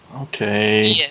Okay